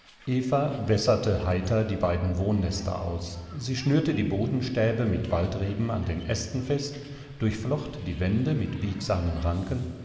eva besserte heiter die beiden wohnnester aus sie schnürte die bodenstäbe mit waldreben an den ästen fest durchflocht die wände mit biegsamen ranken